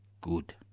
good